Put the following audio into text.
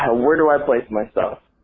ah where do i place myself?